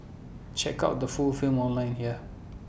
check out the full film online here